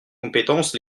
compétence